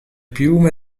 piume